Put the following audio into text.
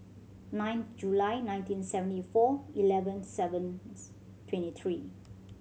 nine July ninety seventy four eleven seven twenty three